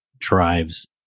drives